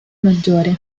maggiore